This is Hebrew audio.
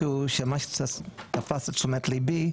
משהו שתפס את תשומת ליבי,